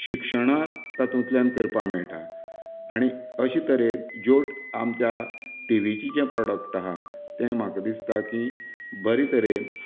शिक्षणान तातूंतल्यान करपाक मेळटा आनी अशें तरेन ज्यो आमच्या टिवीचें जें प्रोडक्ट आसा तें म्हाका दिसता की बरें तरेन